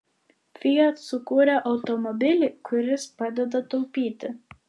fiat sukūrė automobilį kuris padeda taupyti